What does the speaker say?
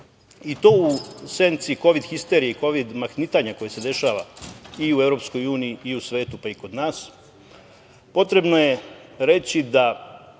i to u senci „kovid histerije“ i „kovid mahnitanja“ koje se dešava i u EU i u svetu, pa i kod nas, potrebno je reći da